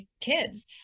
kids